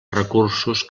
recursos